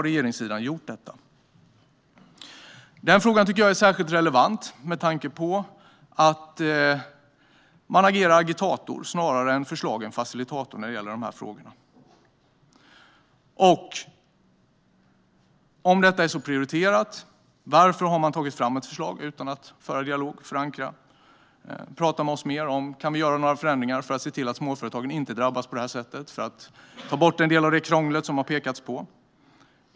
Denna fråga är särskilt relevant med tanke på att statsrådet snarare agerar agitator än förslagen facilitator i detta sammanhang. Om detta är så prioriterat undrar jag varför ni har tagit fram ett förslag utan att föra dialog och förankra det. Ni hade kunnat tala med oss huruvida det gick att göra förändringar för att se till att småföretagen inte skulle drabbas och för att ta bort en del av det krångel som har framkommit.